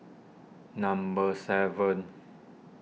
number seven